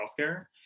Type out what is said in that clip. healthcare